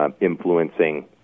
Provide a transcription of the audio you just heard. influencing